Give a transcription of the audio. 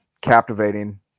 captivating